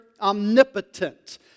omnipotent